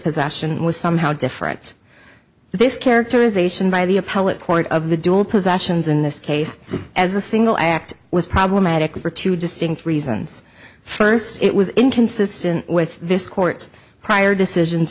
possession was somehow different this characterization by the appellate court of the dual possessions in this case as a single act was problematic for two distinct reasons first it was inconsistent with this court's prior decisions